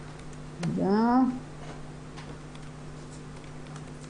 אנחנו לא נראה את כל 30 השקפים.